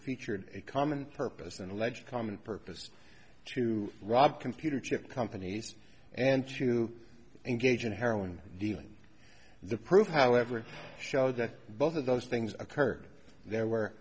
featured a common purpose and alleged common purpose to rob computer chip companies and to engage in heroin dealing the proof however showed that both of those things occurred there were